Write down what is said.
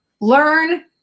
learn